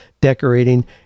decorating